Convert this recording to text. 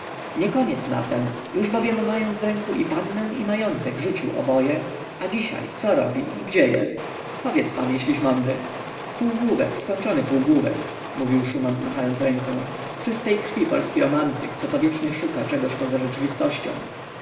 kokietki niekoniec na tem już bowiem mając w ręku i pannę i majątek rzucił oboje a dzisiaj co robi i gdzie jest powiedz pan jeżeliś mądry półgłówek skończony półgłówek mówił szuman machając ręką czystej krwi polski romantyk coto wiecznie szuka czegoś poza rzeczywistością